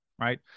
Right